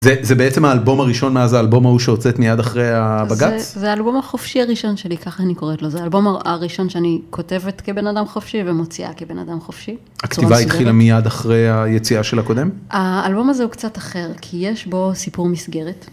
זה זה בעצם האלבום הראשון מאז האלבום ההוא שהוצאת מיד אחרי הבג״צ? זה האלבום החופשי הראשון שלי ככה אני קוראת לו, זה האלבום הראשון שאני כותבת כבן אדם חופשי ומוציאה כבן אדם חופשי. הכתיבה התחילה מיד אחרי היציאה של הקודם? האלבום הזה הוא קצת אחר כי יש בו סיפור מסגרת.